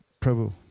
Prabhu